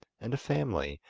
and a family,